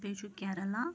بیٚیہِ چھُ کیٚریلا